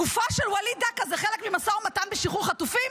גופה של וליד דקה זה חלק ממשא ומתן בשחרור חטופים.